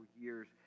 years